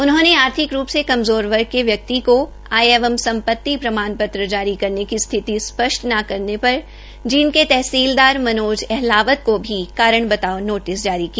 उन्होंने आर्थिक रूप से कमज़ोर वर्ग के व्यक्ति को आय एवं संपति प्रमाण पत्र जारी की स्थिति स्पष्ट न करने पर जींद के तहसीलदार मनोज अहलावत को भी कारण बताओं नोटिस जारी किया